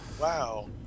Wow